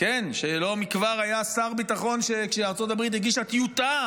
שלא מכבר היה שר ביטחון כשארצות הברית הגישה טיוטה